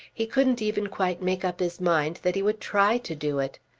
he couldn't even quite make up his mind that he would try to do it.